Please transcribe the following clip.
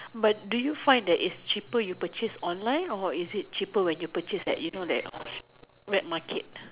but do you find that it's cheaper you purchase online or is it cheaper when you purchase at you know that wet market